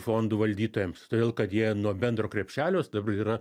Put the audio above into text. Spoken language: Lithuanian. fondų valdytojams todėl kad jie nuo bendro krepšelio dabar yra